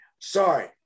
Sorry